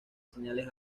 señales